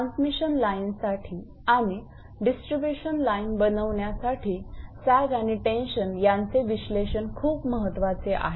transmission लाईनसाठी आणि distribution line बनवण्यासाठी सॅग आणि टेन्शन यांचे विश्लेषण खूप महत्त्वाचे आहे